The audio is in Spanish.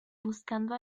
buscando